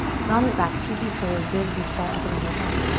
thumbs back, pinkies forward. big beach ball up and overhead.